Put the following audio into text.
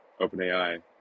OpenAI